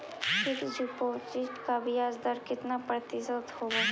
Fix deposit का ब्याज दर कितना प्रतिशत होब है?